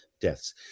deaths